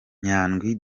nyandwi